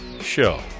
show